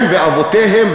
הם ואבותיהם,